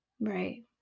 right